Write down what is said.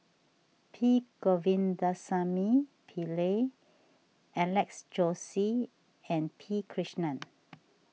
P Govindasamy Pillai Alex Josey and P Krishnan